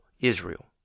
Israel